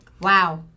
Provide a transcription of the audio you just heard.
Wow